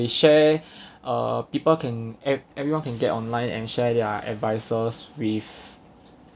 they share uh people can eve~ everyone can get online and share their advices with